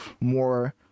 more